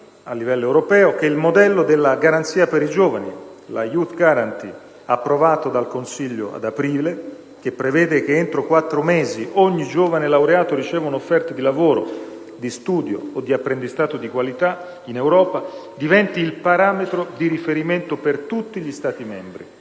a livello europeo, che il modello della garanzia per i giovani, la *Youth Guarantee*, approvato dal Consiglio europeo ad aprile e che prevede che entro quattro mesi ogni giovane laureato riceva una offerta di lavoro, di studio o di apprendistato di qualità in Europa, diventi il parametro di riferimento per tutti gli Stati membri.